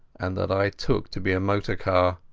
and that i took to be a motor-car.